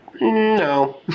no